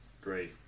great